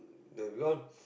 the ground